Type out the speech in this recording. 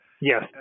Yes